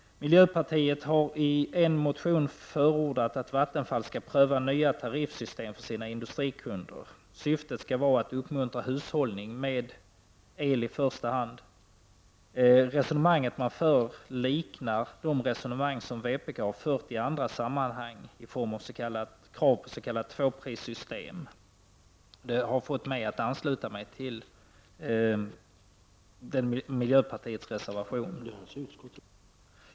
Miljöpartiet har i en motion förordat att Vattenfall skall pröva nya tariffsystem för sina industrikunder. Syftet skall i första hand vara att uppmuntra hushållning med el. Det resonemang man för liknar de resonemang som vpk har fört i andra sammanhang, i form av krav på s.k. tvåprissystem. Detta har fått mig att ansluta mig till miljöpartiets reservation.